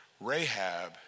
Rahab